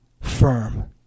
firm